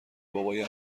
بابای